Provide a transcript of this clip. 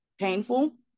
painful